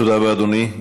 תודה רבה, אדוני.